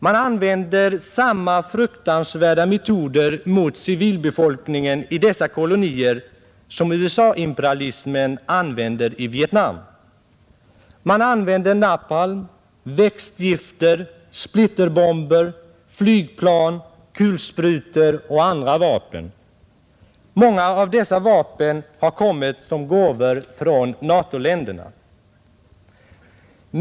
Man använder samma fruktansvärda metoder mot civilbefolkningen i dessa kolonier som USA-imperialismen använder i Vietnam. Man använder napalm, växtgifter, splitterbomber, flygplan, kulsprutor och andra vapen. Många av dessa vapen har kommit som gåvor från NATO-länderna.